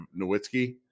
Nowitzki